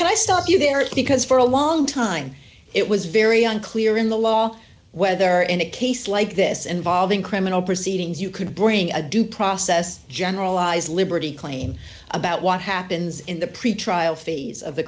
can i stop you there because for a long time it was very unclear in the law whether in a case like this involving criminal proceedings you could bring a due process generalized liberty claim about what happens in the pretrial phase of the